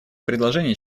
предложений